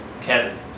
Kevin